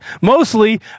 mostly